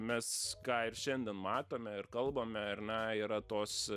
mes ką ir šiandien matome ir kalbame ar ne yra tos